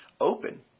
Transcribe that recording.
open